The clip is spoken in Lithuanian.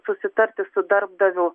susitarti su darbdaviu